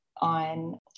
on